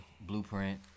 Blueprint